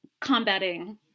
combating